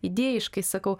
idėjiškai sakau